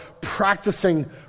practicing